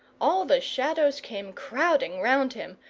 all the shadows came crowding round him,